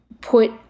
put